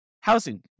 housing